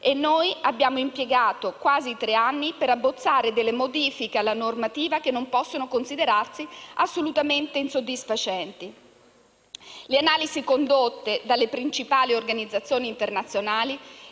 Noi abbiamo impiegato quasi tre anni per abbozzare delle modifiche alla normativa, che non possono considerarsi assolutamente insoddisfacenti. Le analisi condotte dalle principali organizzazioni internazionali